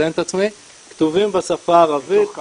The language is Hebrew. מתוך כמה?